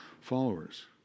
followers